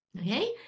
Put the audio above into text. Okay